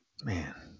Man